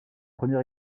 premier